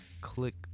click